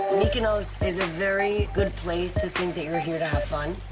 mykonos is a very good place to think that you're here to have fun.